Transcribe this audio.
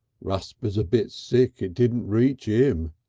rusper's a bit sick it didn't reach im.